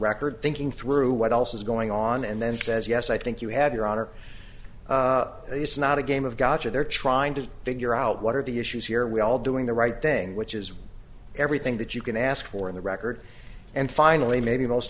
record thinking through what else is going on and then says yes i think you have your honor it's not a game of gotcha they're trying to figure out what are the issues here we all doing the right thing which is every that you can ask for in the record and finally maybe most